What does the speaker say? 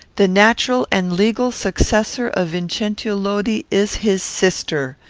the natural and legal successor of vincentio lodi is his sister.